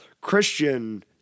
christian